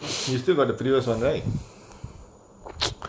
you still got the previous [one] right